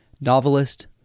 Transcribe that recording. Novelist